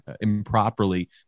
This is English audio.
improperly